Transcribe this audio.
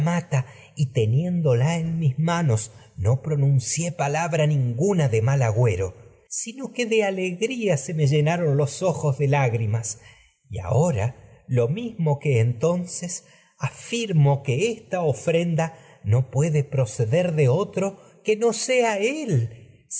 mata teniéndola mis manos no pronuncié palabra ninguna de mal agüero sino que alegría se me de llenaron los ojos de lágrimas y ahora afirmo que lo mismo que entonces esta ofrenda no pue no de proceder de otro esto y que no sea él